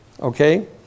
Okay